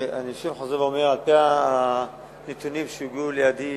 אני חוזר ואומר: על-פי הנתונים שהגיעו לידי